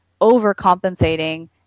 overcompensating